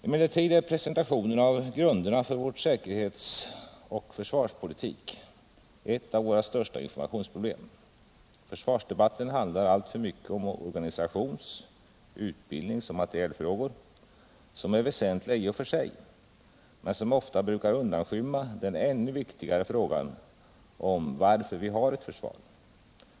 Emellertid är presentationen av grunderna för vår säkerhetsoch försvarspolitik ett av våra största informationsproblem. Försvarsdebatten handlar alltför mycket om organisations-, utbildningsoch materielfrågor, som är väsentliga i och för sig men som ofta brukar undanskymma den ännu viktigare frågan om varför vi har ett försvar.